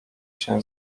się